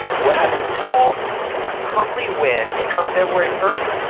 will have the tools to permanently win and come feb. first,